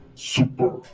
super